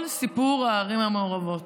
כל סיפור הערים המעורבות.